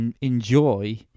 Enjoy